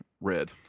Red